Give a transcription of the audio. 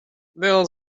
little